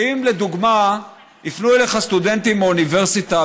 היא שאם לדוגמה יפנו אליך סטודנטים מאוניברסיטה